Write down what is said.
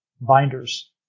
binders